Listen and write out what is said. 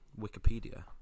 Wikipedia